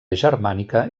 germànica